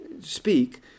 speak